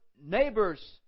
neighbor's